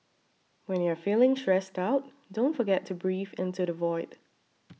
when you are feeling stressed out don't forget to breathe into the void